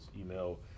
Email